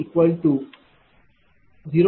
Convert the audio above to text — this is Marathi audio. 45250772 1